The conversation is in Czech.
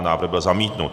Návrh byl zamítnut.